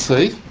seat.